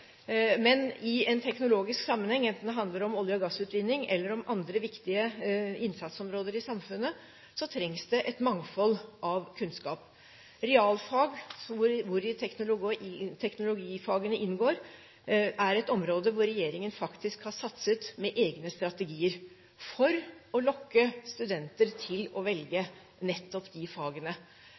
Men i en teknologisk sammenheng, enten det handler om olje- og gassutvinning eller andre viktige innsatsområder i samfunnet, trengs det et mangfold av kunnskap. Realfag, hvori teknologifagene inngår, er et område hvor regjeringen faktisk har satset med egne strategier for å lokke studenter til å velge nettopp de fagene.